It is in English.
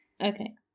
Okay